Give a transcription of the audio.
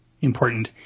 important